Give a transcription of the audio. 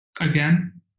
again